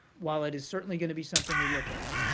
while it is certainly going to be something we look at,